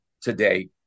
today